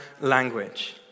language